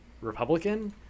republican